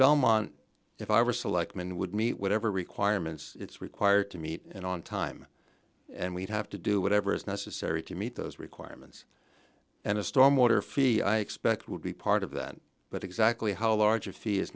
belmont if i were selectman would meet whatever requirements it's required to meet and on time and we have to do whatever is necessary to meet those requirements and a stormwater fee i expect would be part of that but exactly how large a fee is